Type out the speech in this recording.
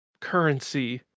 currency